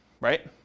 right